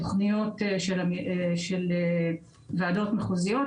שהן חסמים בנוגע לתוכניות של ועדות מחוזיות.